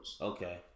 Okay